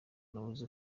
nabuze